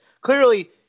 clearly